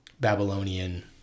Babylonian